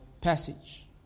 passage